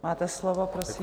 Máte slovo, prosím.